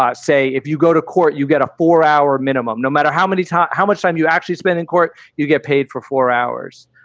ah say, if you go to court, you get a four hour minimum, no matter how many times, how much time you actually spend in court, you get paid for four hours.